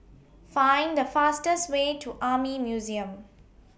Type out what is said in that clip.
Find The fastest Way to Army Museum